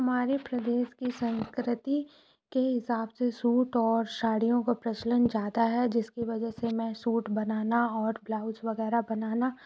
हमारे प्रदेश की संस्कृति के हिसाब से सूट और साड़ियों का प्रचलन जाता है जिसकी वजह से मैं सूट बनाना और ब्लाउज वग़ैरह बनाना